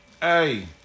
Hey